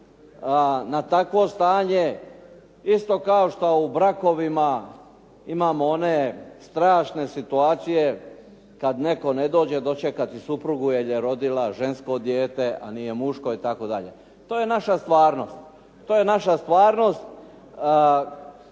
na takvo stanje isto kao što u brakovima imamo one strašne situacije kad netko ne dođe, dočekati suprugu jer je rodila žensko dijete, a nije muško itd. To je naša stvarnost. To je naša stvarnost